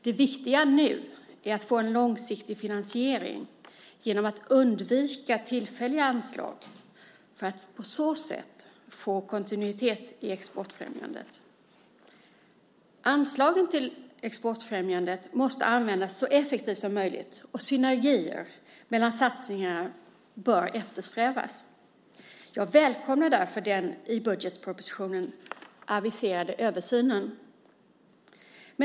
Det viktiga nu är att få en långsiktig finansiering genom att undvika tillfälliga anslag. På så sätt blir det kontinuitet i exportfrämjandet. Anslagen till exportfrämjandet måste användas så effektivt som möjligt. Synergier mellan satsningar bör eftersträvas. Jag välkomnar därför den i budgetpropositionen aviserade översynen.